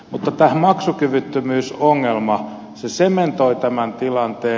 mutta tämä maksukyvyttömyysongelma sementoi tämän tilanteen